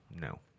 No